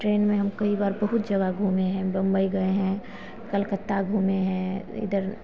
train में हम कई बार बहुत जगह घूमे हैं बम्बई गए हैं कलकत्ता घूमे हैं इधर